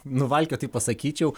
nuvalkiotai pasakyčiau